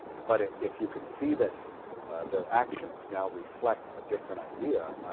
but if if you can see that their actions now reflect a different idea,